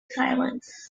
silence